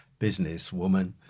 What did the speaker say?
businesswoman